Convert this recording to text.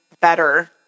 better